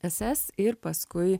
ss ir paskui